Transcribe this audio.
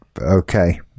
Okay